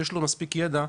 ושיש לו מספיק ידע,